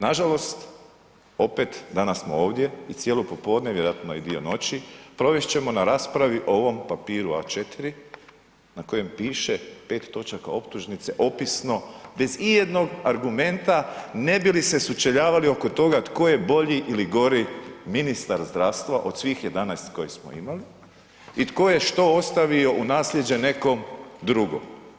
Nažalost, opet danas smo ovdje i cijelo popodne, vjerojatno i dio noći, provest ćemo na raspravi o ovom papiru A4 na kojem piše 5 točaka optužnice opisno bez ijednog argumenta ne bi li se sučeljavali oko toga tko je bolji ili gori ministar zdravstva od svih 11 koje smo imali i tko je što ostavio u nasljeđe nekom drugom.